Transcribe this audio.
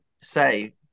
say